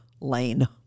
lane